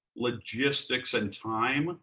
logistics and time.